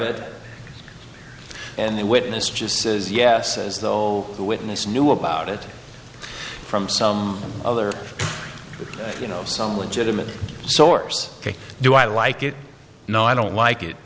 it and the witness just says yes as though the witness knew about it from some other you know some legitimacy source do i like it no i don't like it